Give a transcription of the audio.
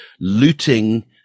looting